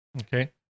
Okay